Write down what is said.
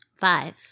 Five